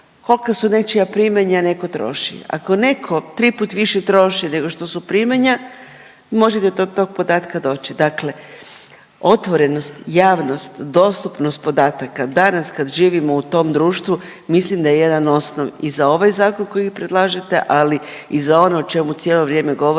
koliko su nečija primanja, netko troši. Ako netko triput više troši nego što su primanja možete do tog podatka doći. Dakle, otvorenost, javnost, dostupnost podataka, danas kad živimo u tom društvu mislim da je jedan osnov i za ovaj zakon koji vi predlažete, ali i za ono o čemu cijelo vrijeme govorimo,